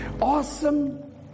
Awesome